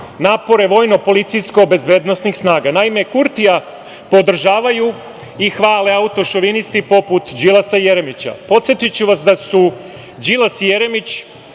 napore vojno, policijsko, bezbednosnih snaga? Naime, Kurtija podržavaju i hvale autošovinisti, poput Đilasa i Jeremića. Podsetiću vas da su Đilas i Jeremić